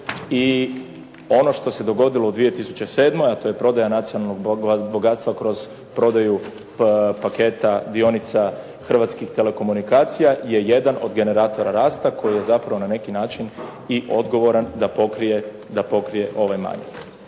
i ono što se dogodilo u 2007., a to je prodaja nacionalnog bogatstva kroz prodaju paketa dionica hrvatskih telekomunikacija je jedan od generatora rasta koji je zapravo na neki način i odgovoran da pokrije ovaj manjak.